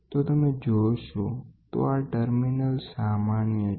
તો તમે જોશો તો આ ટર્મિનલ સામાન્ય છે